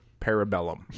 Parabellum